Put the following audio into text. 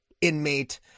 inmate